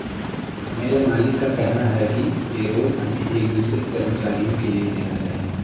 मेरे मालिक का कहना है कि पेरोल हमें एक दूसरे कर्मचारियों के लिए देना चाहिए